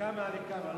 מכמה לכמה?